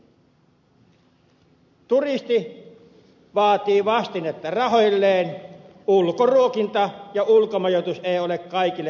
turisti vaatii vastinetta rahoilleen ulkoruokinta ja ulkomajoitus eivät ole kaikille tätä päivää